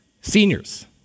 Seniors